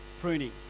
Pruning